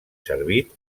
servit